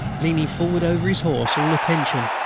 leaning forward over his horse, all attention,